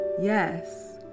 Yes